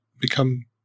become